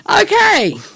Okay